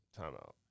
timeout